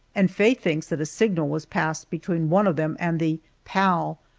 and faye thinks that a signal was passed between one of them and the pal.